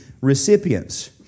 recipients